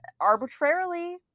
arbitrarily